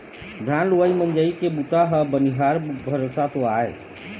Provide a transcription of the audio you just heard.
धान लुवई मिंजई के बूता ह बनिहार भरोसा तो आय